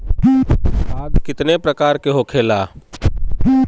खाद कितने प्रकार के होखेला?